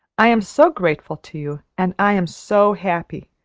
i am so grateful to you and i am so happy!